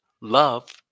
Love